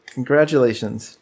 Congratulations